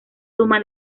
suma